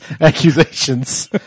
accusations